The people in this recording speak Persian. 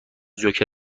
جوکر